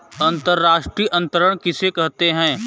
अंतर्राष्ट्रीय अंतरण किसे कहते हैं?